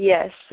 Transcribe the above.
Yes